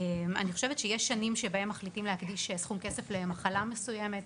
אני חושבת שיש שנים שבהן מחליטים להקדיש סכום כסף למחלה מסוימת,